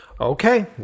Okay